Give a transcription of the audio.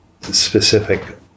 specific